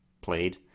played